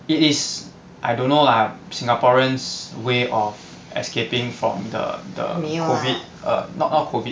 it is I don't know lah singaporeans' way of escaping from the the COVID err not not COVID